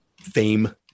fame